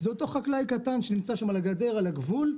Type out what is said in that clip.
אלא זה החקלאי הקטן שנמצא שם על גדר הגבול.